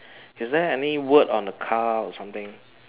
is there any word on the car or something